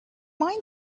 mind